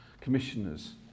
Commissioners